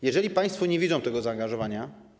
Jeżeli państwo nie widzą tego zaangażowania.